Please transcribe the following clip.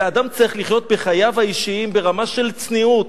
אלא אדם צריך לחיות בחייו האישיים ברמה של צניעות,